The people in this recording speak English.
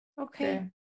Okay